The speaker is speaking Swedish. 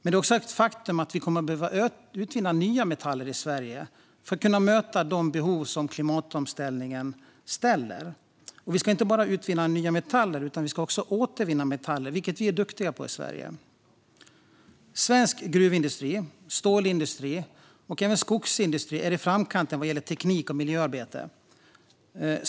Det är dock ett faktum att vi kommer att behöva utvinna nya metaller i Sverige för att kunna möta de behov som uppstår i och med klimatomställningen. Men vi ska inte bara utvinna nya metaller. Vi ska också återvinna metaller, vilket vi är duktiga på i Sverige. Svensk gruvindustri, stålindustri och skogsindustri är i framkant vad gäller teknik och miljöarbete.